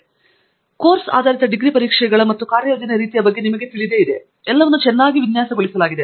ಆದ್ದರಿಂದ ಕೋರ್ಸ್ ಆಧಾರಿತ ಡಿಗ್ರಿ ಪರೀಕ್ಷೆಗಳ ಮತ್ತು ಕಾರ್ಯಯೋಜನೆ ರೀತಿಯ ಬಗ್ಗೆ ನಿಮಗೆ ತಿಳಿದಿದೆ ಎಲ್ಲವನ್ನೂ ಚೆನ್ನಾಗಿ ವಿನ್ಯಾಸಗೊಳಿಸಲಾಗಿದೆ